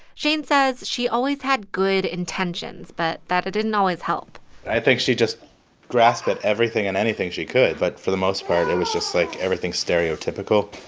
shane says she always had good intentions but that it didn't always help i think she just grasped at everything and anything she could. but for the most part, it and was just, like, everything stereotypical